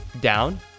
down